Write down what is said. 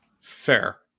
Fair